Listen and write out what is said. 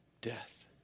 death